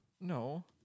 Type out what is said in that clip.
No